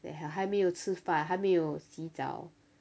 then 还还没有吃饭还没有洗澡